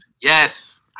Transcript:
Yes